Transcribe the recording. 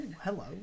hello